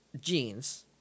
jeans